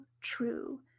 true